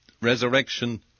resurrection